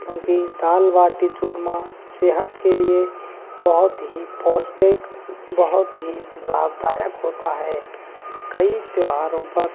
क्योंकि दाल बाटी चूरमा सेहत के लिए बहुत ही पौष्टिक बहुत ही लाभदायक होता है कई त्योहारों पर